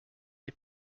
est